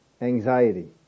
anxiety